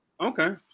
Okay